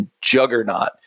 juggernaut